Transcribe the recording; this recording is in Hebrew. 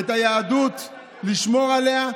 והיהדות, לשמור עליה,